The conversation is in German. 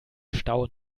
stau